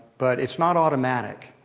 but it's not automatic.